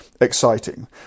exciting